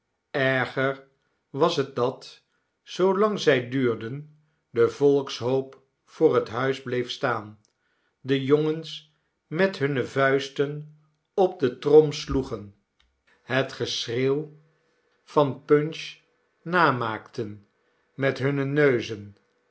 erger was het dat zoolang zij duurden de volkshoop voor het huis bleef staan de jongens met hunne vuisten op de trom sloegen het geschreeuw van punch namaakten met hunne neuzen